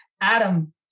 Adam